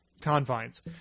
confines